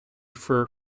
for